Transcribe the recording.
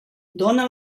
dóna